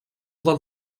del